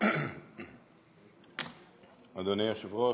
אדוני היושב-ראש,